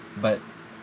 but